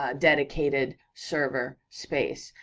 ah dedicated server space,